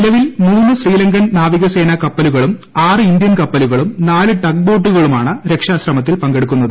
നിലവിൽ ദ ശ്രീലങ്കൻ നാവികസേന് കപ്പലുകളും ആറ് ഇന്ത്യൻ കപ്പലുകളും നാല് ടഗ് ി ബോട്ടുകളും ആണ് രക്ഷാ ശ്രമത്തിൽ ് പങ്കെടുക്കുന്നത്